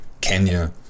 Kenya